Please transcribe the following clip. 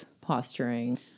posturing